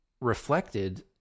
reflected